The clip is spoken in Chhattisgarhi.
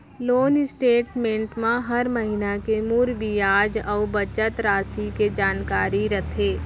लोन स्टेट मेंट म हर महिना के मूर बियाज अउ बचत रासि के जानकारी रथे